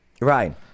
Right